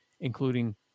including